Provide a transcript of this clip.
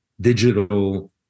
digital